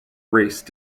race